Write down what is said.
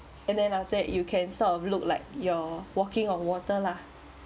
and then after that you can sort of look like you're walking on water lah